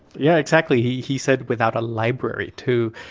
yeah, exactly. he he said, without a library, too.